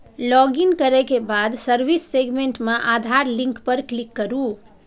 login करै के बाद सर्विस सेगमेंट मे आधार लिंक पर क्लिक करू